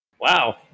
Wow